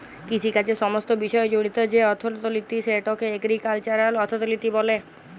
কিষিকাজের সমস্ত বিষয় জড়িত যে অথ্থলিতি সেটকে এগ্রিকাল্চারাল অথ্থলিতি ব্যলে